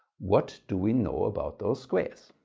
what do we know about those squares?